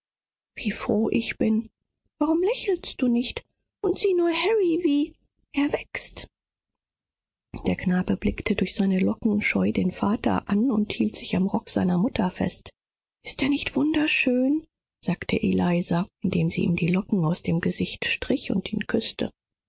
wie froh ich bin warum bist du denn nicht freundlich und sieh harry wie er wächst der knabe blickte scheu durch seine locken hindurch auf den vater und hielt sich ängstlich an den röcken seiner mutter fest ist er nicht hübsch sagte elisa seine locken aufhebend und ihn küssend